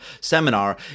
seminar